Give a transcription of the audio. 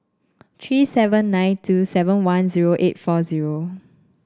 three seven nine two seven one zero eight four zero